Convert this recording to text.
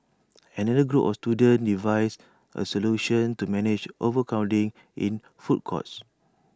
another group of students devised A solution to manage overcrowding in food courts